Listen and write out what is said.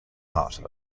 art